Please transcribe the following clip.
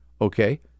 Okay